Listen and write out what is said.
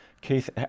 Keith